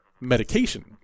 medication